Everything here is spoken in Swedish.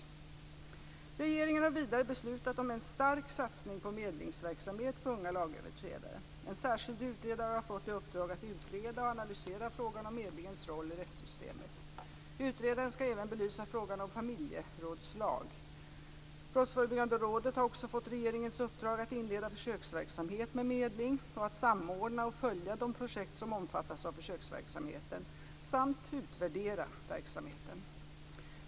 Regeringen har vidare beslutat om en stark satsning på medlingsverksamhet för unga lagöverträdare. En särskild utredare har fått i uppdrag att utreda och analysera frågan om medlingens roll i rättssystemet. Utredaren skall även belysa frågan om familjerådslag. Brottsförebyggande rådet har också fått regeringens uppdrag att inleda försöksverksamhet med medling och att samordna och följa de projekt som omfattas av försöksverksamheten samt utvärdera verksamheten.